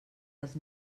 els